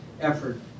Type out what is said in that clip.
effort